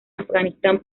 afganistán